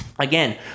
Again